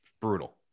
brutal